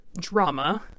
drama